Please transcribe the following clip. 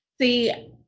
See